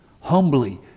Humbly